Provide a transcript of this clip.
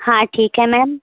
हाँ ठीक है मैम